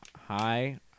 Hi